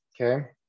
Okay